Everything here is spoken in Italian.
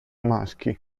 maschi